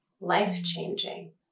life-changing